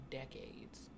decades